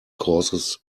causes